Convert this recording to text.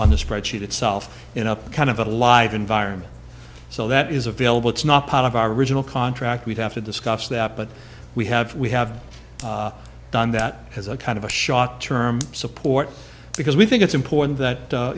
on the spreadsheet itself in up kind of a live environment so that is available it's not part of our original contract we have to discuss that but we have we have done that as a kind of a shock term support because we think it's important that